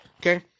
Okay